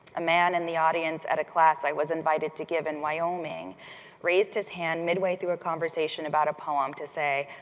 a man in the audience at a class i was invited to give in wyoming raised his hand midway through a conversation about a poem to say,